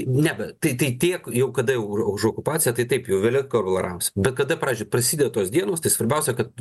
ne bet tai tai tiek jau kada jau už okupaciją tai taip jau vėliau kolaboravosi bet kada pradžioj prasideda tos dienos tai svarbiausia kad